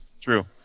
True